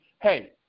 hey